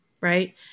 right